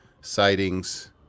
Sightings